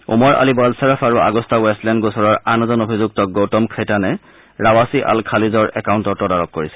Omar Ali Balsharaf আৰু Agusta Westland গোচৰৰ আন এজন অভিযুক্ত গৌতম খেইটানে ৰাৱাছি আল খালিজৰ একাউন্টৰ তদাৰক কৰিছিল